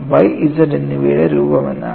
Y Z എന്നിവയുടെ രൂപമെന്താണ്